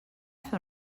fer